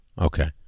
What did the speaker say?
Okay